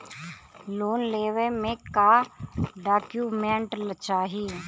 Loan लेवे मे का डॉक्यूमेंट चाही?